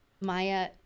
Maya